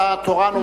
אתה תורן,